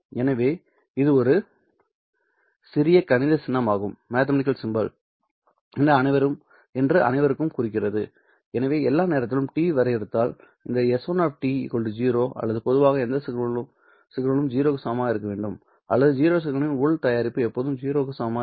எனவே இது ஒரு சிறிய கணித சின்னமாகும் என்று அனைவருக்கும் குறிக்கிறதுஎனவே எல்லா நேரத்திலும் t வரையறுத்தால் இந்த s1 0 அல்லது பொதுவாக எந்த சிக்னலும் 0 க்கு சமமாக இருக்க வேண்டும் அந்த 0 சிக்னலின் உள் தயாரிப்பு எப்போதும் 0 க்கு சமமாக இருக்கும்